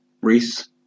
Reese